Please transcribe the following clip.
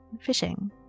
fishing